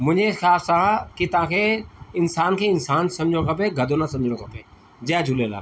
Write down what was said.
मुंहिंजे हिसाब सां की तव्हांखे इंसान खे इंसान सम्झणो खपे गधो न सम्झणो खपे जय झूलेलाल